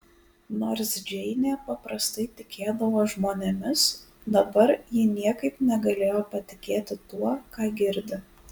nors džeinė paprastai tikėdavo žmonėmis dabar ji niekaip negalėjo patikėti tuo ką girdi